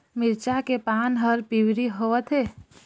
मिरचा के पान हर पिवरी होवथे?